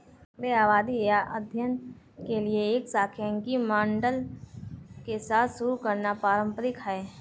आंकड़े आबादी या अध्ययन के लिए एक सांख्यिकी मॉडल के साथ शुरू करना पारंपरिक है